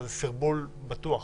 אבל זה סרבול בטוח.